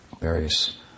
various